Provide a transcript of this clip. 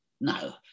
no